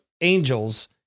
Angels